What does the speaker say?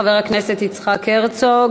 חבר הכנסת יצחק הרצוג,